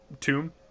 tomb